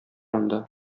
анда